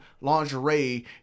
lingerie